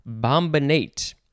bombinate